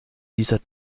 dieser